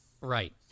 Right